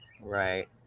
Right